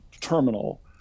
terminal